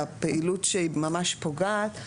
בפעילות שהיא ממש פוגעת.